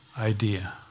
idea